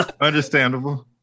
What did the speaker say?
Understandable